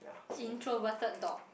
introverted dog